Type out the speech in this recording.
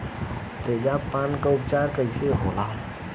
तेजाब पान के उपचार कईसे होला?